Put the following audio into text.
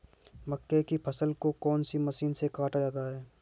मक्के की फसल को कौन सी मशीन से काटा जाता है?